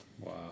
Wow